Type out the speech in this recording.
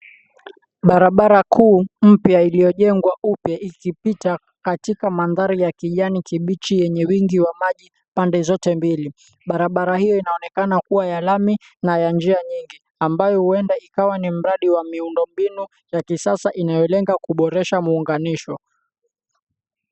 Barabara kuu mpya iliyojengwa upya ikipita katika mandhari ya kijani kibichi yenye wingi wa maji pande zote mbili. Barabara hiyo yaonekana kuwa ya lami na ya njia nyingi ambayo huenda ikawa ni ya mradi wa miungo mbinu ya kisasa inayolenga kuboresha muunganisho.